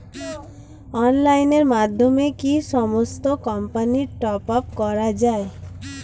অনলাইনের মাধ্যমে কি সমস্ত কোম্পানির টপ আপ করা যায়?